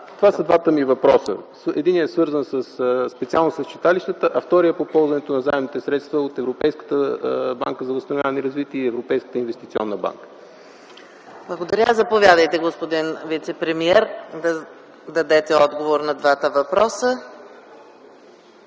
Това са двата ми въпроса: единият е свързан специално с читалищата, а вторият - с ползването на заемните средства от Европейската банка за възстановяване и развитие и Европейската инвестиционна банка. ПРЕДСЕДАТЕЛ ЕКАТЕРИНА МИХАЙЛОВА: Благодаря. Заповядайте, господин вицепремиер, да дадете отговор на двата въпроса.